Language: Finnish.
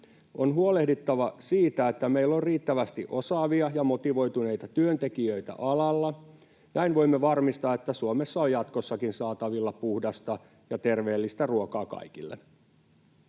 On huolehdittava siitä, että meillä on riittävästi osaavia ja motivoituneita työntekijöitä alalla. Näin voimme varmistaa, että Suomessa on jatkossakin saatavilla puhdasta ja terveellistä ruokaa kaikille.